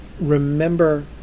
Remember